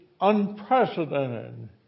unprecedented